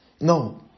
No